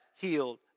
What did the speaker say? healed